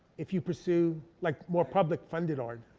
if you pursue, like more public funded art?